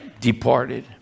departed